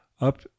up